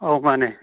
ꯑꯧ ꯃꯥꯅꯦ